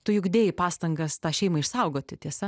tu juk dėjai pastangas tą šeimą išsaugoti tiesa